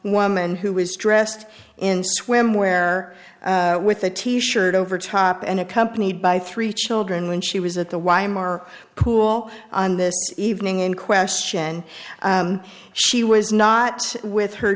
woman who was dressed in swimwear with a t shirt over top and accompanied by three children when she was at the weimer pool on this evening in question she was not with her